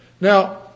now